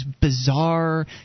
bizarre